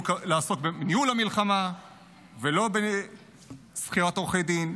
לעסוק בניהול המלחמה ולא בשכירת עורכי דין.